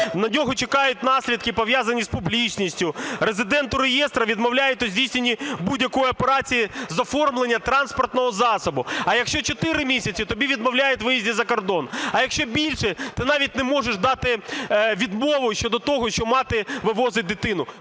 на нього чекають наслідки, пов'язані з публічністю. Резиденту реєстру відмовляють у здійсненні будь-якої операції з оформлення транспортного засобу, а якщо 4 місяці – тобі відмовляють у виїзді закордон, а якщо більше – ти навіть не можеш дати відмову щодо того, що мати вивозить дитину.